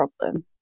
problem